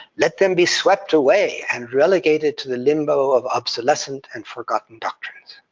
let them be swept away and relegated to the limbo of obsolescent and forgotten doctrines.